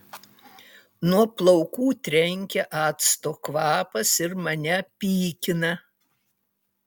nuo plaukų trenkia acto kvapas ir mane pykina